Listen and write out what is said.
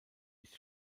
ist